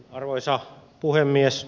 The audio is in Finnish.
arvoisa puhemies